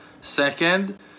Second